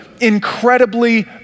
incredibly